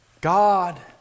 God